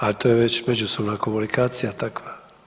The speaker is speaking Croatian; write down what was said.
A to je već međusobna komunikacija takva.